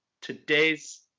Today's